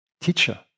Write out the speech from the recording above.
teacher